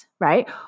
right